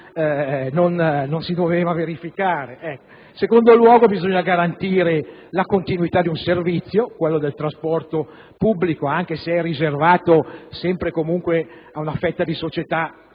non si doveva verificare. In secondo luogo, bisogna garantire la continuità di un servizio, quello del trasporto pubblico, anche se è riservato, sempre e comunque, ad una ristretta fetta di società: